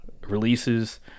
releases